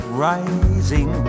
rising